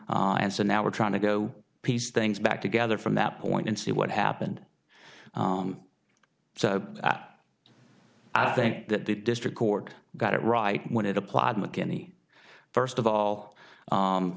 and so now we're trying to go piece things back together from that point and see what happened so i think that the district court got it right when it applied mckinney first of all